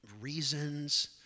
reasons